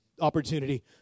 opportunity